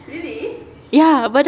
ya